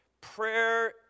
Prayer